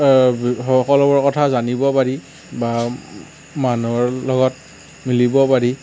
সকলোবোৰৰ কথা জানিব পাৰি বা মানুহৰ লগত মিলিব পাৰি